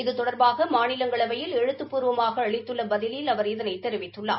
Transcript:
இது தொடர்பான மாநிலங்களில் எழுத்துப்பூர்வமாக அளித்துள்ள பதிலில் அவர் இதனை தெரிவித்துள்ளார்